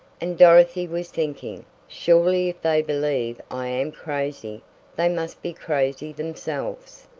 and dorothy was thinking surely if they believe i am crazy they must be crazy themselves!